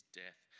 death